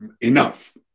enough